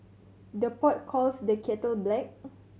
the pot calls the kettle black